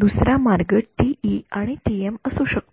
दुसरा मार्ग टीई आणि टीएम असू शकतो